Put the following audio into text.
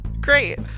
great